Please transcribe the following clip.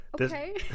Okay